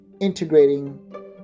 integrating